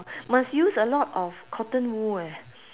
must use a lot of cotton wool eh